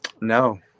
No